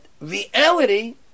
reality